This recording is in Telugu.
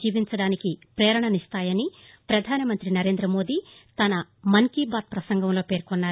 జీవించడానికి పేరణనిస్తాయని పధానమంతి నరేంద మోదీ తన మన్ కీ బాత్ పసంగంలో పేర్కొన్నారు